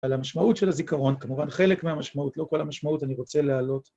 על המשמעות של הזיכרון, כמובן חלק מהמשמעות, לא כל המשמעות אני רוצה להעלות.